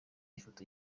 ifoto